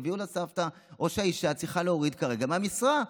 יביאו לסבתא או שהאישה צריכה להוריד כרגע מהמשרה,